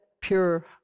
pure